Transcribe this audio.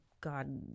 god